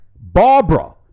Barbara